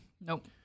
Nope